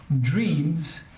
dreams